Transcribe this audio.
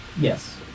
Yes